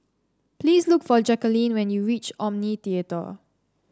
please look for Jackeline when you reach Omni Theatre